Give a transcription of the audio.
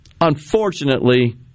unfortunately